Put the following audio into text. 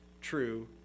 true